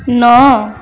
ନଅ